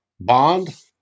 Bond